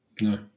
No